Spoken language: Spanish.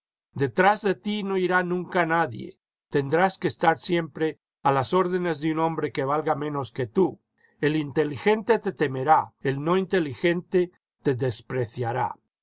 detrás de ti no irá nunca nadie tendrás que estar siempre a las órdenes de un hombre que valga menos que tú el inteligente te temerá el no inteligente te despreciará